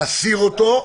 להסיר אותו,